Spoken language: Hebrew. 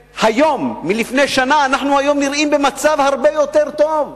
מלפני שנה, אנחנו נראים במצב הרבה יותר טוב?